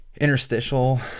interstitial